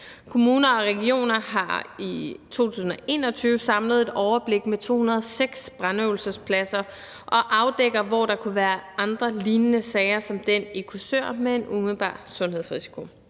Kommuner og regioner har i 2021 samlet et overblik over 206 brandøvelsespladser, og de afdækker, hvor der kunne være andre lignende sager som den i Korsør med en umiddelbar sundhedsrisiko.